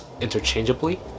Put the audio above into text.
interchangeably